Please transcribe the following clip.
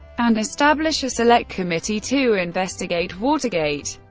and establish a select committee to investigate watergate,